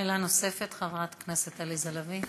שאלה נוספת, חברת הכנסת עליזה לביא.